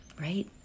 right